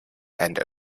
and